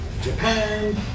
Japan